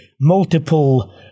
multiple